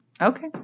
Okay